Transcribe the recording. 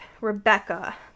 Rebecca